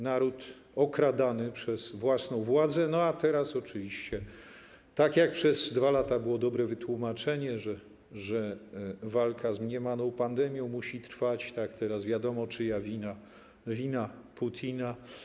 Naród okradany przez własną władzę, a teraz oczywiście, tak jak przez 2 lata było dobre wytłumaczenie, że walka z mniemaną pandemią musi trwać, tak teraz wiadomo, czyja wina: wina Putina.